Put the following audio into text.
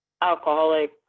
alcoholic